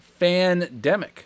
FanDemic